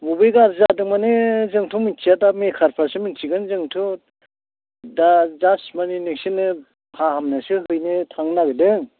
बबे गाज्रि जादों माने जोंथ' मिनथिया दा मेखारफ्रासो मिनथिगोन जोंथ' दा जास्ट माने नोंसोरनो फाहामनोसो हैनो थांनो नागिरदों